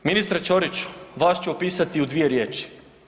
Ministre Ćoriću vas ću opisati u dvije riječi.